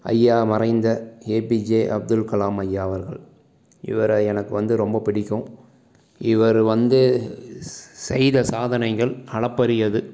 ஐயா மறைந்த ஏபிஜே அப்துல்கலாம் ஐயா அவர்கள் இவரை எனக்கு வந்து ரொம்ப பிடிக்கும் இவர் வந்து ஸ் செய்த சாதனைகள் அளப்பரியது